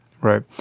right